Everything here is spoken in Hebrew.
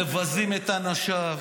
מבזים את אנשיו.